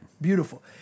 beautiful